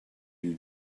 you